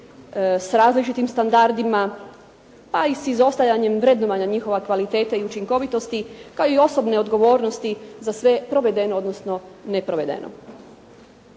s različitim standardima pa i sa izostajanjem vrednovanja njihove kvalitete i učinkovitosti, kao i osobne odgovornosti za sve provedeno, odnosno neprovedeno.